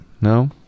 No